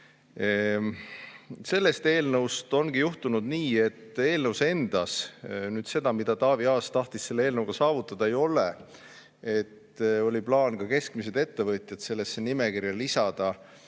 Selle eelnõuga on juhtunud nii, et eelnõus endas seda, mida Taavi Aas tahtis selle eelnõuga saavutada, ei ole. Oli plaan ka keskmised ettevõtjad sellesse nimekirja lisada.